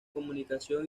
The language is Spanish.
comunicación